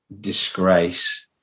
disgrace